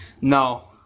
No